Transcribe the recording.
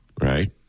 Right